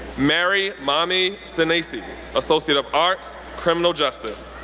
mary mamie senesie, associate of arts, criminal justice.